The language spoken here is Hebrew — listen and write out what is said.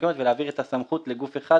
המקומיות ולהעביר את הסמכות לגוף אחד,